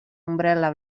umbel·la